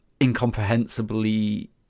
incomprehensibly